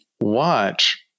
watch